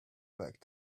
back